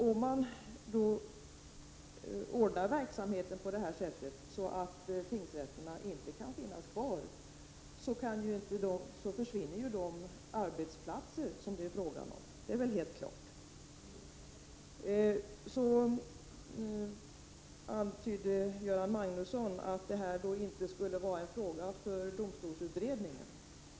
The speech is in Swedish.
Om verksamheten ordnas så att tingsrätterna inte kan finnas kvar, försvinner de arbetsplatser som det är fråga om. Det är väl helt klart. Göran Magnusson antydde att detta inte skulle vara en fråga för domstolsutredningen.